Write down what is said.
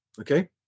Okay